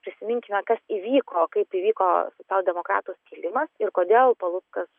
prisiminkime kas įvyko kaip įvyko socialdemokratų skilimas ir kodėl paluckas